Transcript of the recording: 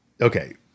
okay